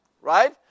Right